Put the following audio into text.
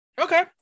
Okay